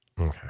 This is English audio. Okay